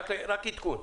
רק עדכון.